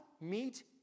meet